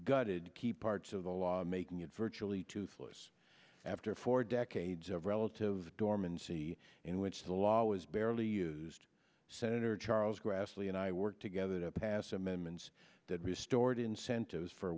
gutted key parts of the law making it virtually toothless after four decades of relative dormancy in which the law was barely used senator charles grassley and i worked together to pass amendments that restored incentives for